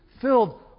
filled